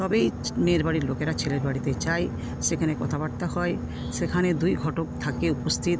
তবেই মেয়ের বাড়ির লোকেরা ছেলের বাড়িতে যায় সেখানে কথাবার্তা হয় সেখানে দুই ঘটক থাকে উপস্থিত